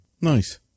Nice